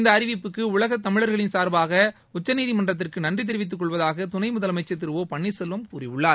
இந்தஅறிவிப்புக்குஉலகத்தமிழர்களின் சார்பாக உச்சநீதிமன்றத்திற்குநன்றிதெரிவித்துக்கொள்வதாகதுணைமுதலமைச்சர் திரு ஒ பன்னீர்செல்வம் கூறியுள்ளார்